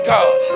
God